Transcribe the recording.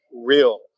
real